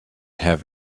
have